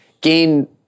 gain